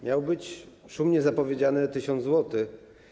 Miało być szumnie zapowiedziane 1000 zł.